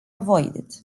avoided